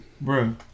Bro